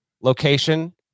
Location